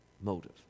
motive